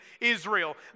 Israel